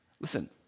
listen